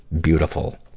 Beautiful